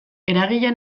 eragile